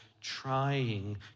trying